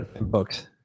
books